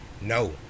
No